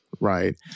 right